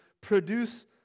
produce